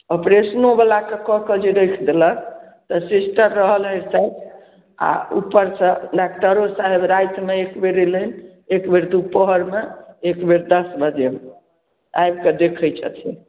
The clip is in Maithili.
ऑपरेशनोबलाके कऽ कऽ जे रखि देलक तऽ सिस्टर रहल एहिठाम आ उपर से डाक्टरो साहेब रातिमे एक बेर अयलनि एक बेर दुपहरमे एक बेर दश बजेमे आबिकऽ देखैत छथिन